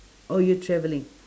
oh you travelling